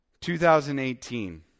2018